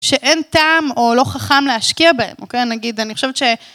שאין טעם או לא חכם להשקיע בהם, נגיד, אני חושבת ש...